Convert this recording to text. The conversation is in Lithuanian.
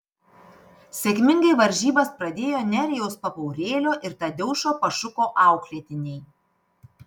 sėkmingai varžybas pradėjo nerijaus papaurėlio ir tadeušo pašuko auklėtiniai